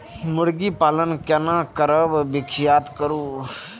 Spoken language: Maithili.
मुर्गी पालन केना करब व्याख्या करु?